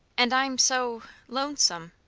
and i'm so lonesome!